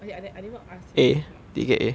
I di~ I didn't even ask him about his marks